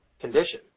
condition